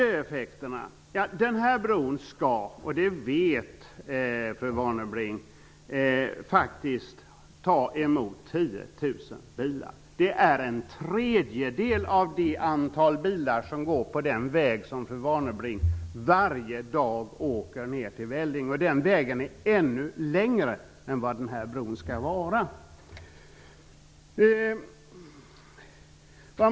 Den här bron skall faktiskt ta emot 10 000 bilar. Det vet fru Warnerbring. Det är en tredjedel av det antal bilar som åker på den väg som fru Warnerbring varje dag åker ner till Vellinge. Den vägen är ännu längre än vad den här bron skall vara.